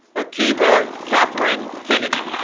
ah aukeivah catherine kennedy